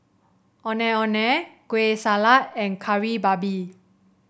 Ondeh Ondeh Kueh Salat and Kari Babi